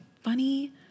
Funny